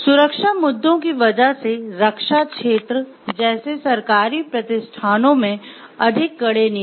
सुरक्षा मुद्दों की वजह से रक्षा क्षेत्र जैसे सरकारी प्रतिष्ठानों में अधिक कड़े नियम हैं